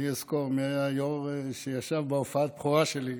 אני אזכור מי היה היו"ר שישב בהופעת הבכורה שלי.